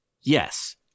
Yes